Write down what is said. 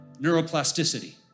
neuroplasticity